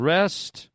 Rest